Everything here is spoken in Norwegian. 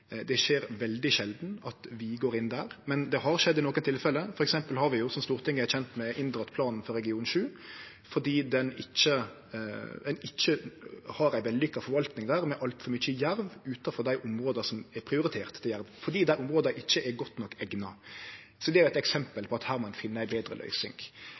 Det skjer veldig sjeldan at vi går inn der, men det har skjedd i nokre tilfelle. For eksempel har vi, som Stortinget er kjent med, inndrege planen for region 7, fordi ein ikkje har ei vellukka forvalting der, med altfor mykje jerv utanfor dei områda som er prioriterte til jerv, fordi dei områda ikkje er godt nok eigna. Det er eit eksempel på at ein må finne ei betre løysing.